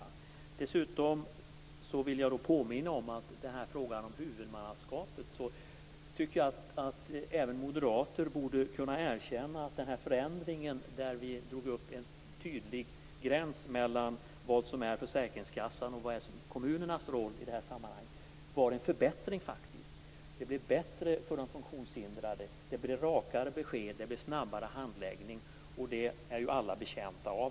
Dessutom vill jag påminna om frågan om huvudmannaskapet. Här tycker jag att även moderater borde kunna erkänna att den här förändringen, där vi drog upp en tydlig gräns mellan försäkringskassans och kommunernas roll i det här sammanhanget, faktiskt var en förbättring. Det blev bättre för de funktionshindrade. Det blev rakare besked och snabbare handläggning, och det är ju alla betjänta av.